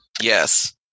Yes